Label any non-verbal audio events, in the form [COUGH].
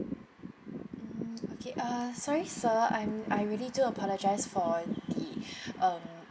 mm okay uh sorry sir I'm I really do apologise for the [BREATH] um